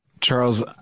Charles